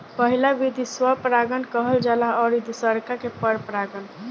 पहिला विधि स्व परागण कहल जाला अउरी दुसरका के पर परागण